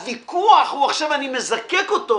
הוויכוח, עכשיו אני מזקק אותו